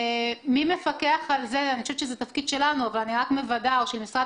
מי מפקח על כך אני חושבת שזה תפקיד שלנו או של משרד